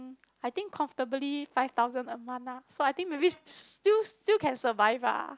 I think comfortably five thousand a month lah so I think maybe still still can survive lah